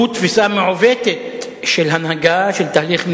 ולכן אני חושב שזה דיון קצת תיאורטי.